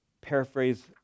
paraphrase